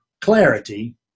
clarity